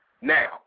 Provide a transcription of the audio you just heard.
Now